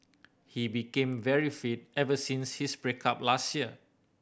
he became very fit ever since his break up last year